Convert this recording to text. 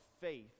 faith